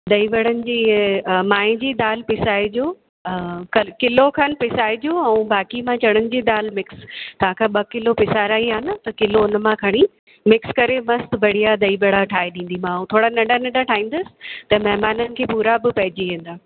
दही बड़न जी ईअ माएं जी दालि पिसाइजो कल किलो खनि पिसाइजो ऐं बाक़ी मां चणन जी दालि मिक्स तव्हांखां ॿ किलो पिसाराई आहे न त किलो उन मां खणी मिक्स करे मस्तु बढ़िया दही बड़ा ठाहे ॾींदीमाव थोरा नंढा नंढा ठाहींदसि त महिमाननि खे पूरा बि पइजी वेंदा